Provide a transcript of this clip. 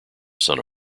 son